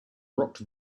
rocked